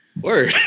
Word